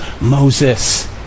Moses